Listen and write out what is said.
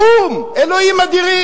באו"ם, אלוהים אדירים.